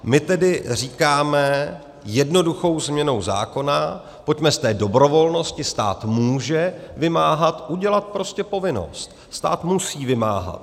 My tedy říkáme jednoduchou změnou zákona, pojďme z té dobrovolnosti, stát může vymáhat, udělat prostě povinnost, stát musí vymáhat.